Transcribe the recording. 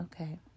Okay